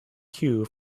cue